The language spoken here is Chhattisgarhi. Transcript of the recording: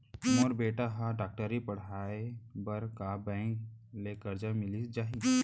मोर बेटा ल डॉक्टरी पढ़ाये बर का बैंक ले करजा मिलिस जाही?